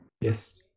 Yes